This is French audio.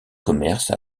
commerce